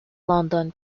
london